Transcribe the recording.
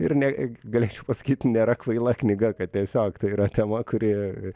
ir ne galėčiau pasakyt nėra kvaila knyga kad tiesiog tai yra tema kuri